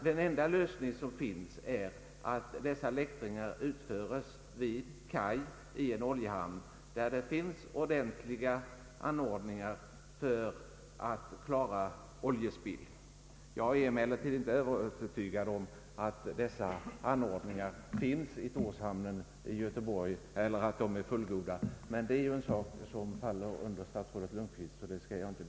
Den bästa lösningen är att tillse att läktringen utförs vid kaj i en oljehamn, där det finns anordningar för att klara oljespill.